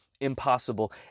impossible